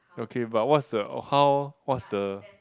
okay but what's the how what's the